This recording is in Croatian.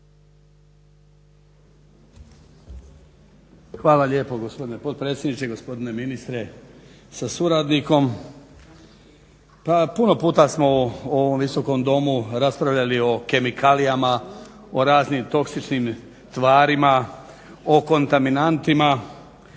Hvala lijepo gospodine potpredsjedniče i gospodine ministre sa suradnikom. Pa puno puta smo u ovom Visokom domu raspravljali o kemikalijama, o raznim toksičnim tvarima, o kontaminantima,